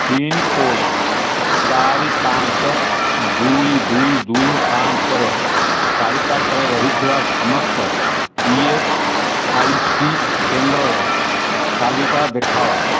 pincode ଚାରି ପାଞ୍ଚ ଦୁଇ ଦୁଇ ଦୁଇ ପାଞ୍ଚର ଚାରିପାଖରେ ରହିଥିବା ସମସ୍ତ ଇ ଏସ୍ ଆଇ ସି କେନ୍ଦ୍ରର ତାଲିକା ଦେଖାଅ